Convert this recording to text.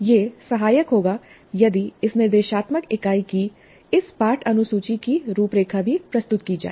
यह सहायक होगा यदि इस निर्देशात्मक इकाई की इस पाठ अनुसूची की रूपरेखा भी प्रस्तुत की जाए